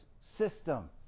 system